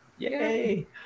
Yay